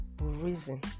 reason